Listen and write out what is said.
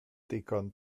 ddigon